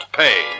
pay